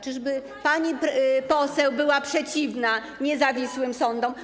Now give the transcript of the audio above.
Czyżby pani poseł była przeciwna niezawisłym sądom?